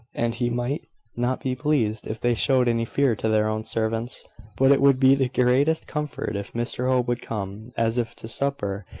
and he might not be pleased if they showed any fear to their own servants but it would be the greatest comfort if mr hope would come, as if to supper,